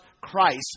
Christ